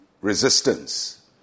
resistance